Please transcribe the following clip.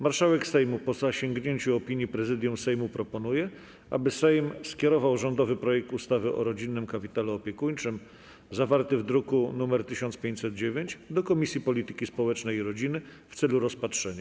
Marszałek Sejmu, po zasięgnięciu opinii Prezydium Sejmu, proponuje, aby Sejm skierował rządowy projekt ustawy o rodzinnym kapitale opiekuńczym, zawarty w druku nr 1509, do Komisji Polityki Społecznej i Rodziny w celu rozpatrzenia.